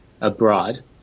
abroad